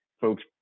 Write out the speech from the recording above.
folks